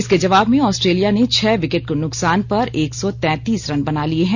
इसके जबाब में ऑस्ट्रेलिया ने छह विकेट के नुकसान पर एक सौ तैंतीस रन बना लिए हैं